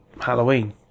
Halloween